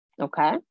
Okay